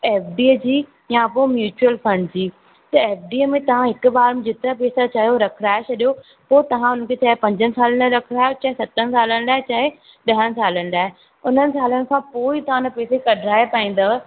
एफडीअ जी या पो म्यूचल फ़ंड जी त एफडीअ में तव्हां हिक बार जेतिरा पैसा चाहियो रखाए छॾियो पोइ तव्हां हुनखे चाहे पंजनि साल लाइ रखायो चाहे सतनि सालनि लाइ चाहे ॾहनि सालनि लाइ उन्हनि सालनि खां पोइ तव्हां हुन खे कढाए पाईंदव